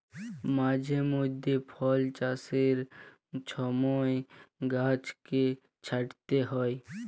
মাঝে মইধ্যে ফল চাষের ছময় গাহাচকে ছাঁইটতে হ্যয়